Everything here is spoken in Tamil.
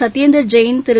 சத்யேந்தர் ஜெய்ன் திரு